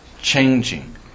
changing